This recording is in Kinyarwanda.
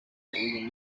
uyu